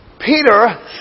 Peter